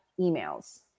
emails